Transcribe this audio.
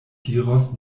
diros